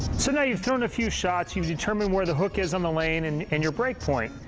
so and you've thrown a few shots, you've determined where the hook is on the lane and and your break point,